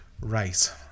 Right